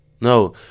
No